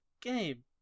game